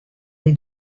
dei